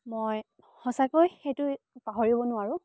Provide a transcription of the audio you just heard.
মই সঁচাকৈ সেইটো পাহৰিব নোৱাৰোঁ